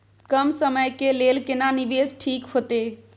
कम समय के लेल केना निवेश ठीक होते?